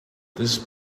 this